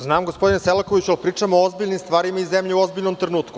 Znam gospodine Selakoviću, ali pričamo o ozbiljnim stvarima i zemlja je u ozbiljnom trenutku.